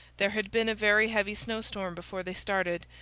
there had been a very heavy snowstorm before they started,